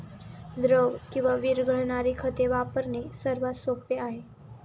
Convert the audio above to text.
द्रव किंवा विरघळणारी खते वापरणे सर्वात सोपे आहे